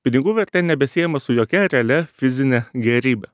pinigų vertė nebesiejama su jokia realia fizine gėrybe